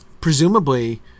Presumably